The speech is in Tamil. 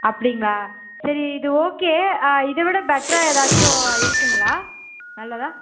அப்படிங்களா சரி இது ஓகே இதைவிட பெட்டராக ஏதாச்சும் இருக்குதுங்களா நல்லதாக